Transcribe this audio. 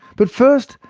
but first,